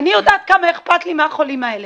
אני יודעת כמה אכפת לי מהחולים האלה.